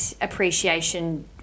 appreciation